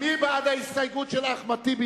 כולם שמעו את הכרזתו של חבר הכנסת אורון,